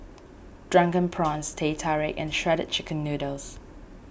Drunken Prawns Teh Tarik and Shredded Chicken Noodles